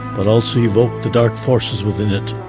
but also evoked the dark forces within it.